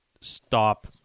stop